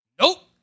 Nope